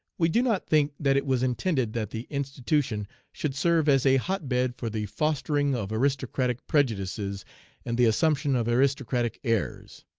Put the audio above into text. we do not think that it was intended that the institution should serve as a hotbed for the fostering of aristocratic prejudices and the assumption of aristocratic airs.